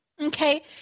Okay